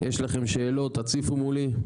יש לכם שאלות אתם תציפו מולי,